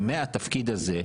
ומהתפקיד הזה,